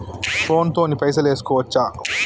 Phone తోని పైసలు వేసుకోవచ్చా?